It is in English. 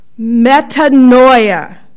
metanoia